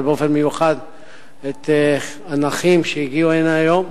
אבל באופן מיוחד את הנכים שהגיעו הנה היום.